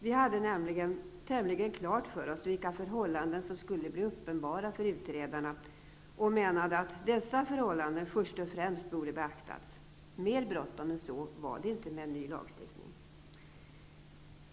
Vi hade nämligen tämligen klart för oss vilka förhållanden som skulle bli uppenbara för utredarna och menade att dessa förhållanden först och främst borde ha beaktats. Mer bråttom än så var det inte med en ny lagstiftning.